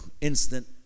instant